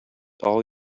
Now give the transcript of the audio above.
all